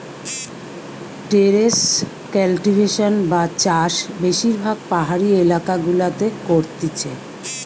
terrace cultivation বা চাষ বেশিরভাগ পাহাড়ি এলাকা গুলাতে করতিছে